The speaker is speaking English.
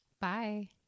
Bye